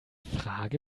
frage